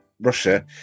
russia